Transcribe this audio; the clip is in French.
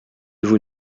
vous